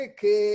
che